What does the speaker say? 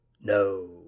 No